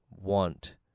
want